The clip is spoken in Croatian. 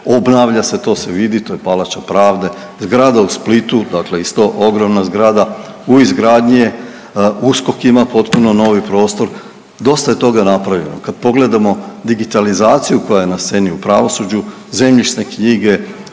obnavlja se, to se vidi, to je Palača Pravde, zgrada u Splitu, dakle isto ogromna zgrada, u izgradnji je, USKOK ima potpuno novi prostor, dosta je toga napravljeno. Kad pogledamo digitalizaciju koja je na sceni u pravosuđu, zemljišne knjige,